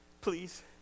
please